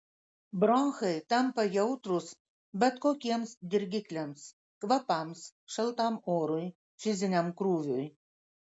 bronchai tampa jautrūs bet kokiems dirgikliams kvapams šaltam orui fiziniam krūviui